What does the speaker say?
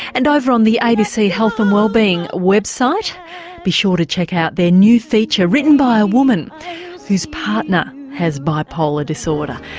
and over on the abc health and um wellbeing website be sure to check out their new feature written by a woman whose partner has bipolar disorder.